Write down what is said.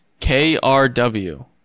KRW